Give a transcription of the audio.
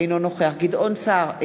אינו נוכח גדעון סער,